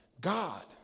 God